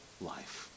life